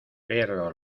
perro